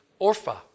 Orpha